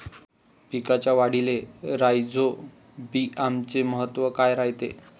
पिकाच्या वाढीले राईझोबीआमचे महत्व काय रायते?